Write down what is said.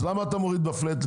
אז למה אתה מוריד בפלאט?